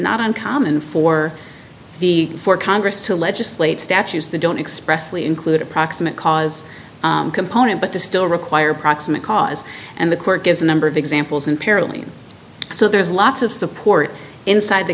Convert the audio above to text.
not uncommon for the for congress to legislate statues the don't expressly include a proximate cause component but to still require proximate cause and the court gives a number of examples in parallel so there's lots of support inside the